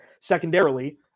Secondarily